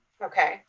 Okay